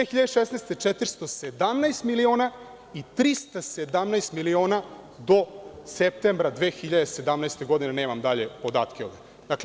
Godine 2016. - 417 miliona, i 317 miliona do septembra 2017. godine, nemam dalje podatke ovde.